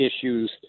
issues